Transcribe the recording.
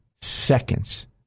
seconds